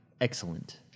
excellent